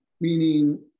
meaning